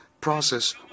process